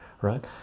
right